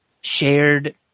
shared